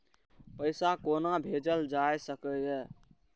पैसा कोना भैजल जाय सके ये